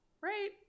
Right